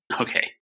Okay